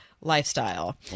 lifestyle